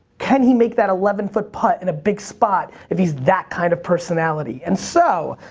can he make that eleven foot putt in a big spot if he's that kind of personality? and so,